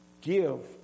give